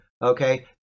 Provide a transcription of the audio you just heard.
Okay